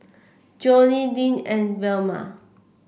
Johnnie Lynne and Velma